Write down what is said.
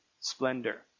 splendor